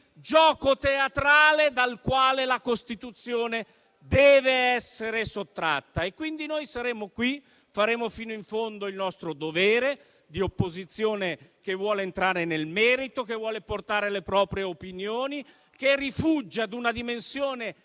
gioco teatrale dal quale la Costituzione dev'essere sottratta. Noi saremo qui, faremo fino in fondo il nostro dovere di opposizione che vuole entrare nel merito e portare le proprie opinioni e che rifugge una dimensione